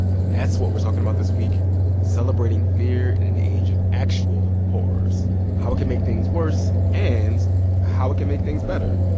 that's what we're talking about this week celebrating fear in an age of actual horrors how it can make things worse and how it can make things better.